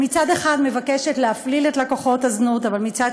שמצד אחד מבקשת להפליל את לקוחות הזנות ומצד